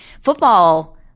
football